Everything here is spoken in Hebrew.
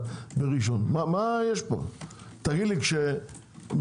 מה התקינה?